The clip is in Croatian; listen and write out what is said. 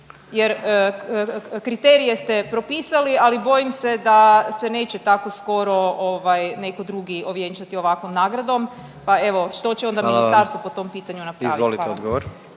jer kriterije ste propisali, ali bojim se da se neće tako skoro neko drugi ovjenčati ovakvom nagradom, pa evo …/Upadica predsjednik: Hvala vam./… što će onda ministarstvo po tom pitanju napraviti? Hvala.